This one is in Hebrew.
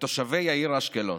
לתושבי העיר אשקלון